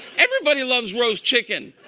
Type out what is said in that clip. everybody loves roast chicken.